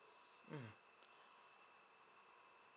mm